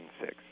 six